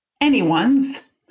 anyone's